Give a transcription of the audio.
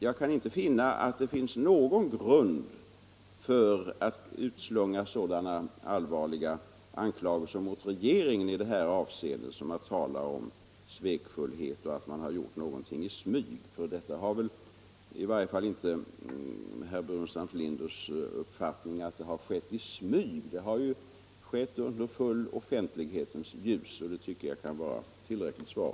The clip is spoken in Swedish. Jag kan inte finna att det finns någon grund för att utslunga så allvarliga anklagelser mot regeringen i detta avseende som herr Burenstam Linder gör när han talar om svekfullhet och säger att detta gjorts i smyg. Det kan väl inte vara herr Burenstam Linders uppfattning att det har skett i smyg? Det har skett i offentlighetens ljus. — Det tycker jag kan vara tillräckligt svar.